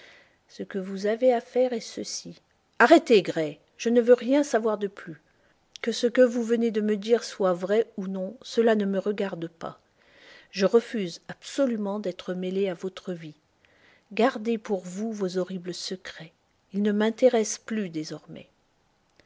ce que vous avez à faire est ceci arrêtez gray je ne veux rien savoir de plus que ce que vous venez de me dire soit vrai ou non cela ne me regarde pas je refuse absolument d'être mêlé à votre vie gardez pour vous vos horribles secrets ils ne m'intéressent plus désormais